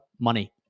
money